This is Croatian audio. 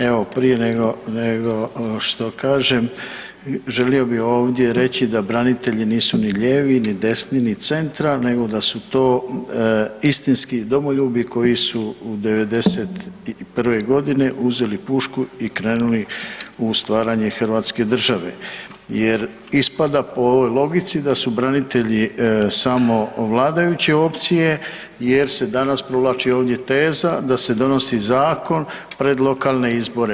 Evo prije nego što kažem, želio bi ovdje reći da branitelji nisu ni lijevi ni desni ni centar nego da su to istinski domoljubi koji su '91 g. uzeli pušku i krenuli u stvaranje hrvatske države jer ispada po ovoj logici da su branitelji samo vladajuće opcije jer se danas provlači ovdje teza da se donosi zakon pred lokalne izbore.